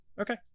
Okay